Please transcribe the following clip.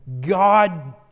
God